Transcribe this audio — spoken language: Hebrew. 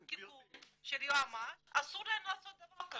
על פי תיקון של יועמ"ש אסור להם לעשות דבר כזה.